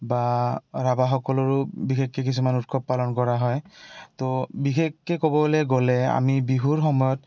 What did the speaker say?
বা ৰাভাসকলৰো বিশেষকে কিছুমান উৎসৱ পালন কৰা হয় তো বিশেষকে ক'বলে গ'লে আমি বিহুৰ সময়ত